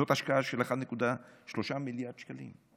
זאת השקעה של 1.3 מיליארד שקלים.